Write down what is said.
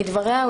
לדבריה,